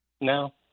No